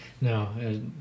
No